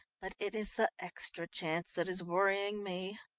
but it is the extra chance that is worrying me.